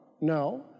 no